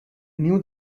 knew